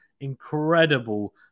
incredible